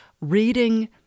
reading